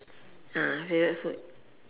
favourite food